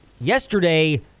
yesterday